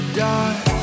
dark